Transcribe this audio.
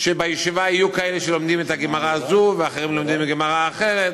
שבישיבה יהיו כאלה שלומדים את הגמרא הזאת ואחרים לומדים גמרא אחרת,